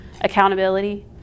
accountability